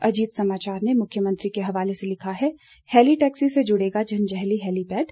अजीत समाचार ने मुख्यमंत्री के हवाले से लिखा है हैली टैक्सी से जुड़ेगा जंजैहली हैलीपैड